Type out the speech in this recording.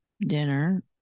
dinner